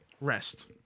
rest